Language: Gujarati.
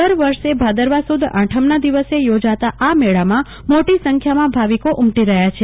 દર વર્ષે ભાદરવા સુદ આઠમના દિવસે યોજાતા આ મેળામાં મોટી સંખ્યામાં ભાવિકો ઉમટી રહયા છે